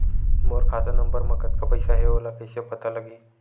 मोर खाता नंबर मा कतका पईसा हे ओला कइसे पता लगी?